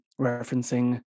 referencing